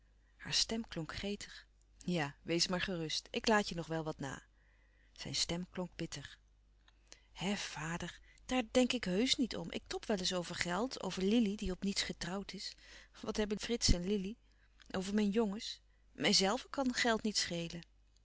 haar stem klonk gretig ja wees maar gerust ik laat je nog wel wat na zijn stem klonk bitter louis couperus van oude menschen de dingen die voorbij gaan hè vader daar denk ik heusch niet om ik tob wel eens over geld over lili die op niets getrouwd is wat hebben frits en lili over mijn jongens mijzelve kan geld niet